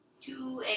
Two